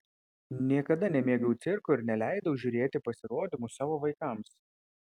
niekada nemėgau cirko ir neleidau žiūrėti pasirodymų savo vaikams